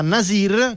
Nasir